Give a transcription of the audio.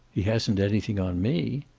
he hasn't anything on me.